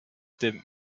the